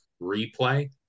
replay